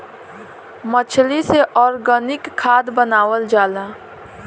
मछली से ऑर्गनिक खाद्य बनावल जाला